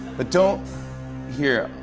but don't here.